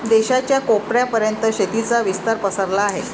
देशाच्या कोपऱ्या पर्यंत शेतीचा विस्तार पसरला आहे